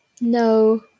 No